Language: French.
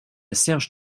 serge